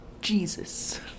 Jesus